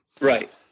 right